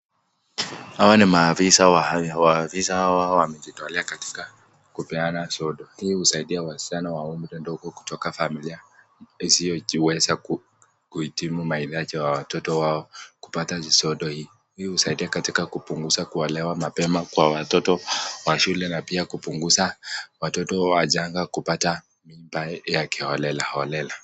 Hawa ni maafisa wa maafisa hawa wamejitolea katika kupeana sodo. Hii husaidia wasichana wa umri ndogo kutoka familia isiyojiweza kuhitimu mahitaji ya watoto wao kupata sodo hii. Hii husaidia katika kupunguza kuolewa mapema kwa watoto wa shule na pia kupunguza watoto wa janga kupata mimba ya kiolelaholela.